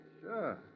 Sure